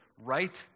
right